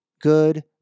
Good